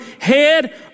head